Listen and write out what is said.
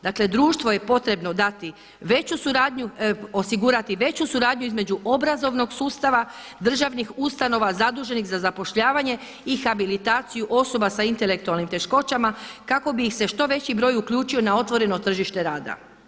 Dakle društvo je potrebno dati veću suradnji, osigurati veću suradnju između obrazovnog sustava, državnih ustanova zaduženih za zapošljavanje i habilitaciju osoba sa intelektualnim teškoćama kako bi ih se što veći broj uključio na otvoreno tržište rada.